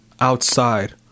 outside